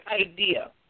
idea